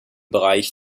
bereich